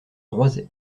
roisey